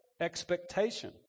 expectation